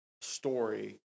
story